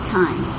time